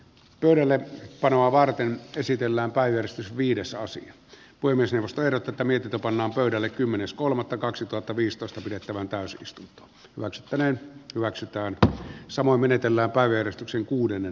pöydälle panoa varten käsitellään päivystys viidesosa poimi selostajana tätä mietitä pannaan pöydälle kymmenes kolmatta kaksituhattaviisitoista pidettävän pääsystä muistelee hyväksytään samoin menetellään päivi ristuksen kuudennen